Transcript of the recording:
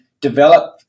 develop